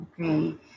okay